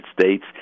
States